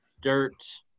dirt